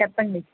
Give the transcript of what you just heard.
చెప్పండి